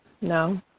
No